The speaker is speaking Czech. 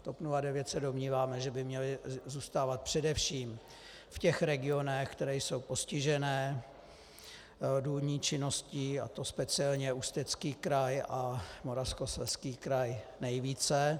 V TOP 09 se domníváme, že by měly zůstávat především v těch regionech, které jsou postižené důlní činností, a to speciálně Ústecký kraj a Moravskoslezský kraj nejvíce.